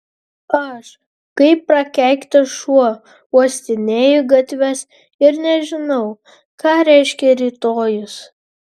aš kaip prakeiktas šuo uostinėju gatves ir nežinau ką reiškia rytojus